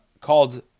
called